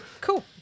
Cool